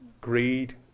greed